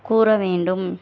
கூற வேண்டும்